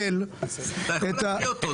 אתה יכול להקריא אותו.